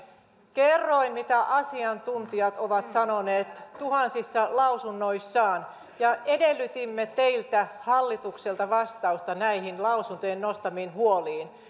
kerroin mitä asiantuntijat ovat sanoneet tuhansissa lausunnoissaan ja edellytimme teiltä hallitukselta vastausta näihin lausuntojen nostamiin huoliin